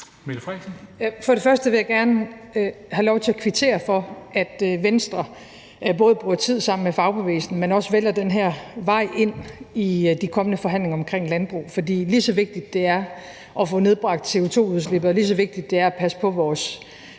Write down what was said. Mette Frederiksen (S): For det første vil jeg gerne have lov til at kvittere for, at Venstre både bruger tid sammen med fagbevægelsen, men også vælger den her vej ind i de kommende forhandlinger om landbruget. For lige så vigtigt det er at få nedbragt CO2-udslippet, og lige så vigtigt det er at passe på vores